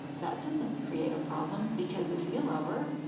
that doesn't create a problem, because if you love her,